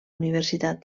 universitat